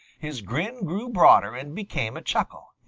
his grin grew broader and became a chuckle.